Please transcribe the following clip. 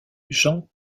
jean